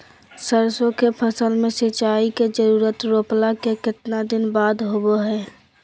सरसों के फसल में सिंचाई के जरूरत रोपला के कितना दिन बाद होबो हय?